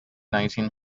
nineteen